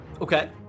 Okay